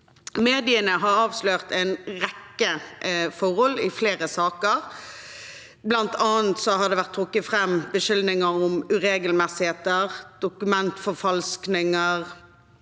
Mediene har avslørt en rekke forhold i flere saker, bl.a. har det vært trukket fram beskyldninger om uregelmessigheter og dokumentforfalskninger,